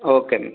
okay ma'am